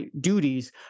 duties